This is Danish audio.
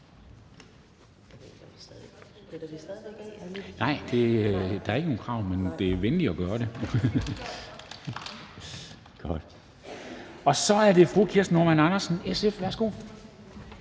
væk af?). Nej, der er ikke noget krav om det, men det er venligt at gøre det. Så er det fru Kirsten Normann Andersen, SF. Værsgo.